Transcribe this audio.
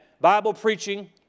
Bible-preaching